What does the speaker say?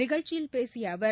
நிகழ்ச்சியில் பேசிய அவர்